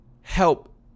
help